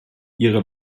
ihre